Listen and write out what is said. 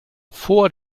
vor